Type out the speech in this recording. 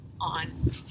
on